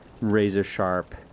razor-sharp